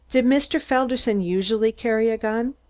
did mr. felderson usually carry a gun?